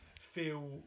feel